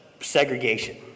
segregation